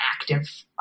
active